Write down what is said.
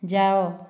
ଯାଅ